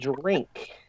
drink